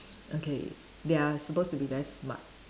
okay they are supposed to be very smart